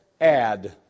add